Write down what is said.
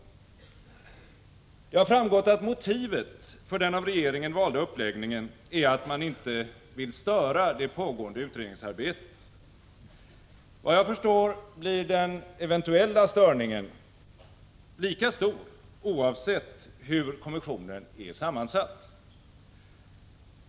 Det har framgått att motivet för den av regeringen valda uppläggningen är att man inte vill störa det pågående utredningsarbetet. Såvitt jag förstår blir den eventuella störningen lika stor oavsett hur kommissionen är sammansatt.